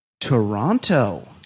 Toronto